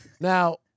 Now